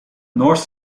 north